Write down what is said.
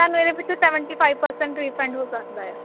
ਤੁਹਾਨੂੰ ਇਹਦੇ ਵਿੱਚੋਂ ਸੈਵਨਟੀ ਫਾਈਵ ਪਰਸੈਂਟ ਰੀਫੰਡ ਹੋ ਸਕਦਾ ਆ